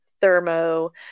thermo